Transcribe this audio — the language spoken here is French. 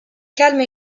calme